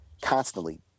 constantly